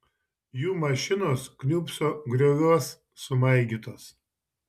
jų mašinos kniūbso grioviuos sumaigytos